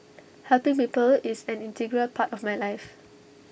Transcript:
helping people is an integral part of my life